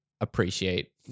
appreciate